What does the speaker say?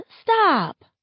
stop